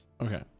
Okay